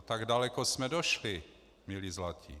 Tak daleko jsme došli, milí zlatí.